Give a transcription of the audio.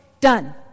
done